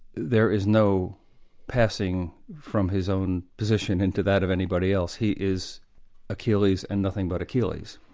there is no passing from his own position into that of anybody else he is achilles and nothing but achilles.